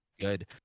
good